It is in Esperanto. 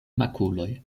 makuloj